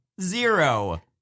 zero